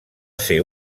ser